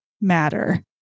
matter